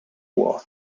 war